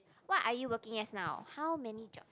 what are you working as now how many jobs